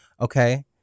okay